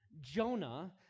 Jonah